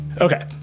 Okay